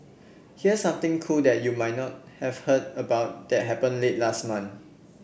here's something cool that you might not have heard about that happened late last month